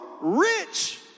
rich